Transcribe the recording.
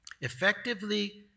Effectively